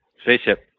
spaceship